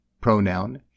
Pronoun